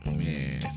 man